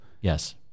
Yes